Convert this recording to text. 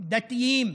דתיים,